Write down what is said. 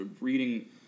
reading